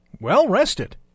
well-rested